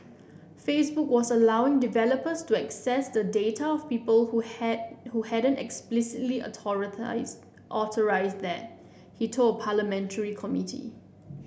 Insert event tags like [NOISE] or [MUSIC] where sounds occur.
Facebook was allowing developers to access the data of people who had who hadn't explicitly [UNINTELLIGIBLE] authorised that he told a parliamentary committee